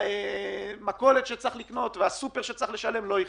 המכולת והסופר גם לא יחכו.